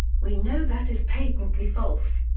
we know that is patently false.